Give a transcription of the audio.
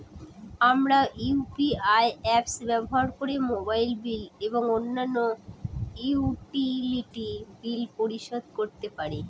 আমরা UPI apps ব্যবহার করে মোবাইল বিল এবং অন্যান্য ইউটিলিটি বিল পরিশোধ করতে পারি